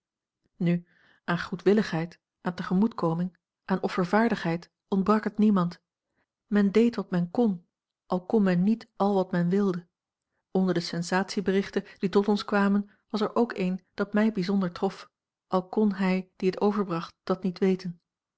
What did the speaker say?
nu aan goedwilligheid aan tegemoetkoming aan offervaardigheid ontbrak het niemand men deed wat men kon al kon men niet al wat men wilde onder de sensatieberichten die tot ons kwamen was er ook een dat mij bijzonder trof al kon hij die het overbracht dat niet weten